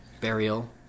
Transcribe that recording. Burial